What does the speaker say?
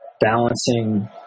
balancing